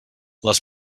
les